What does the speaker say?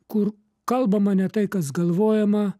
kur kalbama ne tai kas galvojama